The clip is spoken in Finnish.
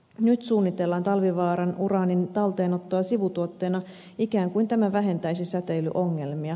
nyt suunnitellaan talvivaaran uraanin talteenottoa sivutuotteena ikään kuin tämä vähentäisi säteilyongelmia